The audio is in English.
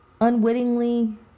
unwittingly